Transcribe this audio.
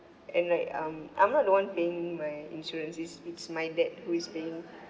and like um I'm not the one paying my insurance it's it's my dad who is paying